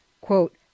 quote